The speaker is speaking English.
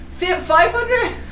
500